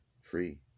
Free